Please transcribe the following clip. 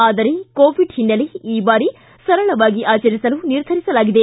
ಆದರೆ ಕೋವಿಡ್ ಹಿನ್ನೆಲೆ ಈ ಬಾರಿ ಸರಳವಾಗಿ ಆಚರಿಸಲು ನಿರ್ಧರಿಸಲಾಗಿದೆ